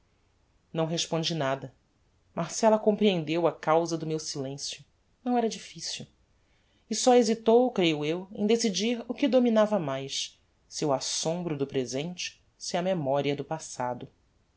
não respondi nada marcella comprehendeu a causa do meu silencio não era difficil e só hesitou creio eu em decidir o que dominava mais se o assombro do presente se a memoria do passado